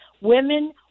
Women